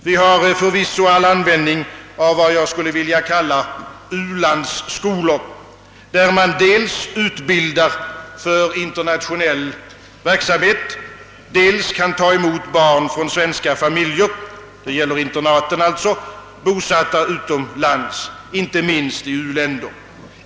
Vi har förvisso all användning av vad jag skulle vilja kalla u-landsskolor, där man dels utbildar för internationell verksamhet, dels kan ta emot barn från svenska familjer, bosatta utomlands, inte minst i u-länderna.